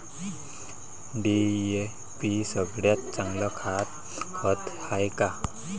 DAP सगळ्यात चांगलं खत हाये का?